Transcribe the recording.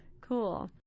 Cool